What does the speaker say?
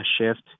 shift